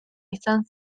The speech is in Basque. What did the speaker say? izan